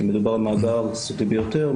כי מדובר על מאגר סודי ביותר,